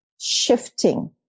shifting